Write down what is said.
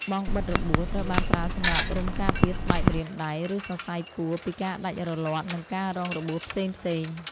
បង់បិទរបួស ត្រូវបានប្រើសម្រាប់រុំការពារស្បែកម្រាមដៃ ឬសរសៃពួរពីការដាច់រលាត់ និងការរងរបួសផ្សេងៗ។